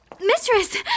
Mistress